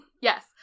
Yes